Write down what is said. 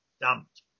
dumped